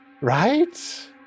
right